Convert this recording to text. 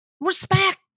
respect